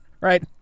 right